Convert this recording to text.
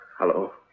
Hello